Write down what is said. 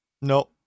No